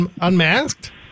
unmasked